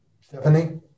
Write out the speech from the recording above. Stephanie